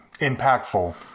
impactful